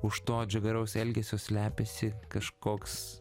už to atžagaraus elgesio slepiasi kažkoks